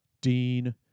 Dean